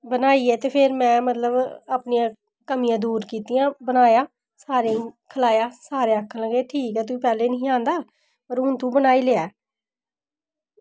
बनाइयै ते फिर में मतलब अपने कमियां दूर कीत्तियां बनाया सारें ई खलाया सारे आक्खन लग्गे ठीक ऐ तू पैह्लें निं हा आंदा ते हून तूं बनाई लेआ